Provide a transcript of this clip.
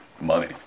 Money